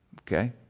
Okay